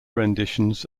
renditions